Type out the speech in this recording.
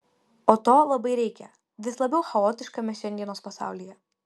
o to labai reikia vis labiau chaotiškame šiandienos pasaulyje